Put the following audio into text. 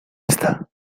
esta